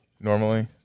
normally